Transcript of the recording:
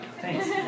Thanks